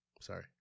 Sorry